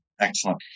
Excellent